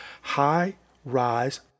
high-rise